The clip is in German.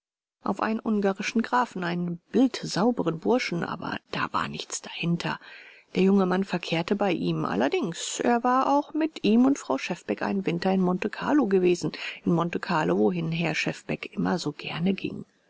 auf einen ungarischen grafen einen bildsauberen burschen aber da war nichts dahinter der junge mensch verkehrte bei ihm allerdings er war auch mit ihm und frau schefbeck einen winter in monte carlo gewesen in monte carlo wohin herr schefbeck immer so gerne ging